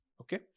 Okay